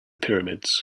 pyramids